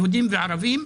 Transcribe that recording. יהודים וערבים,